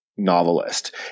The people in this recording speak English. novelist